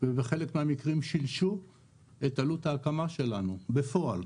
ובחלק מהמקרים שילשו את עלות הקמה שלנו, בפועל.